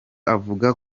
avuga